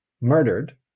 murdered